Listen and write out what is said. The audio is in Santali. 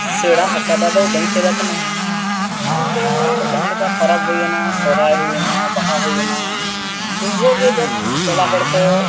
ᱥᱮᱬᱟ ᱟᱠᱟᱫᱟ ᱫᱚ ᱵᱟᱹᱧ ᱪᱮᱫ ᱟᱠᱟᱱᱟ ᱤᱧ ᱫᱚ ᱡᱟᱦᱟᱸ ᱞᱮᱠᱟ ᱯᱚᱨᱚᱵᱽ ᱦᱩᱭᱮᱱᱟ ᱥᱚᱦᱨᱟᱭ ᱦᱩᱭᱮᱱᱟ ᱵᱟᱦᱟ ᱦᱩᱭᱮᱱᱟ ᱩᱱ ᱡᱚᱠᱷᱚᱱ ᱜᱮ ᱡᱟ ᱴᱚᱞᱟ ᱦᱚᱲ ᱠᱚ